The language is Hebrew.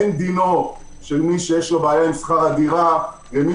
אין דינו של מי שיש לו בעיה עם שכר הדירה ומי